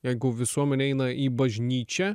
jeigu visuomenė eina į bažnyčią